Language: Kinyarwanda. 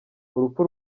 urupfu